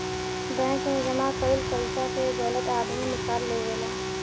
bank मे जमा कईल पइसा के गलत आदमी निकाल लेवेला